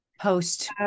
post